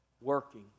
Working